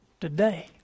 today